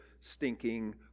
stinking